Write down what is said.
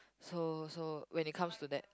so so when it comes to that